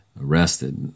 arrested